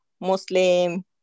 Muslim